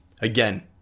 Again